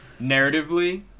narratively